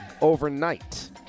overnight